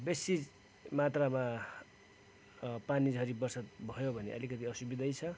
बेसी मात्रामा पानी झरी बर्सात भयो भने अलिकति असुविधै छ